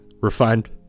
refined